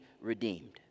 redeemed